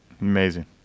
Amazing